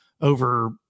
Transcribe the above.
over